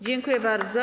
Dziękuję bardzo.